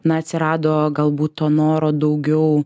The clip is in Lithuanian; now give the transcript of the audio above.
na atsirado galbūt to noro daugiau